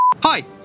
Hi